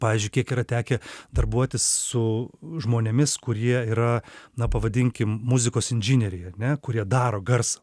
pavyzdžiui kiek yra tekę darbuotis su žmonėmis kurie yra na pavadinkim muzikos inžineriai ar ne kurie daro garsą